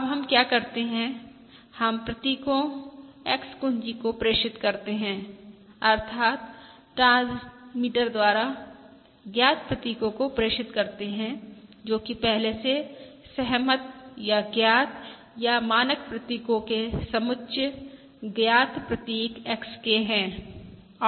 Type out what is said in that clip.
अब हम क्या करते हैं हम प्रतीकों X कुंजी को प्रेषित करते है अर्थात् ट्रांसमीटर द्वारा ज्ञात प्रतीकों को प्रेषित करते है जो कि पहले से सहमत या ज्ञात या मानक प्रतीकों के सम्मुच्य ज्ञात प्रतीक XK है